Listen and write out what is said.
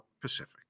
Pacific